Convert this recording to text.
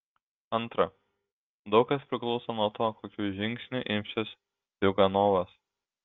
antra daug kas priklauso nuo to kokių žingsnių imsis ziuganovas